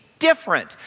different